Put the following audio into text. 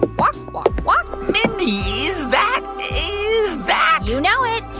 but walk, walk, walk mindy, is that is that. you know it.